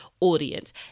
audience